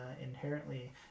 inherently